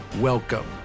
Welcome